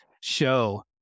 show